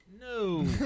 No